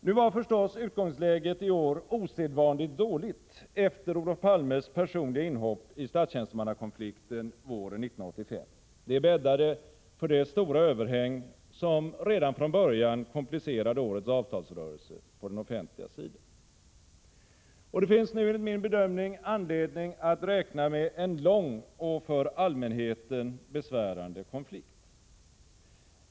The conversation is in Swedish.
Nu var förstås utgångsläget i år osedvanligt dåligt efter Olof Palmes personliga inhopp i statstjänstemannakonflikten våren 1985. Det bäddade för det stora överhäng som redan från början komplicerade årets avtalsrörelse på den offentliga sidan. Det finns nu enligt min mening anledning att räkna med en lång och för allmänheten besvärande konflikt.